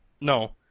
No